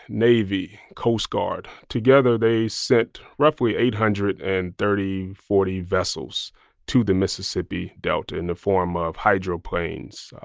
navy, coast guard together they sent roughly eight hundred and thirty, forty vessels to the mississippi delta in the form of hydroplanes,